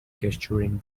gesturing